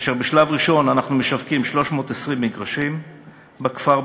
ובשלב ראשון אנחנו משווקים 320 מגרשים בכפר ביר-הדאג'